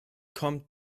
kommt